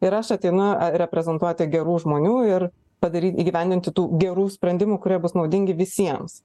ir aš ateinu reprezentuoti gerų žmonių ir padaryt įgyvendinti tų gerų sprendimų kurie bus naudingi visiems